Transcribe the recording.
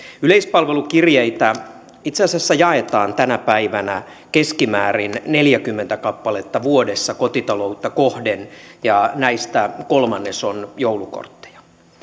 yleispalvelukirjeitä itse asiassa jaetaan tänä päivänä keskimäärin neljäkymmentä kappaletta vuodessa kotitaloutta kohden ja näistä kolmannes on joulukortteja